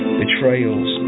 betrayals